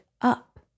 up